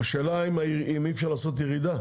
השאלה אם אי אפשר לעשות ירידה.